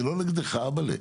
אני לא נגדך, אבאל'ה.